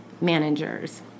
managers